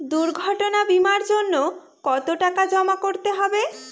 দুর্ঘটনা বিমার জন্য কত টাকা জমা করতে হবে?